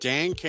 Dan